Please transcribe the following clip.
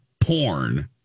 porn